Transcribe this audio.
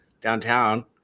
downtown